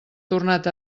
tornat